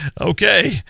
okay